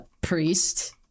priest